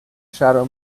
shadow